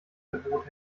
verbot